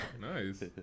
Nice